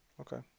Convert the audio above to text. Okay